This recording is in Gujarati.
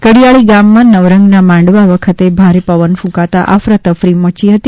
કડિયાળી ગામમાં નવરંગના માંડવા વખતે ભારે પવન કુંકાતા અફરાતફરી મચી હતી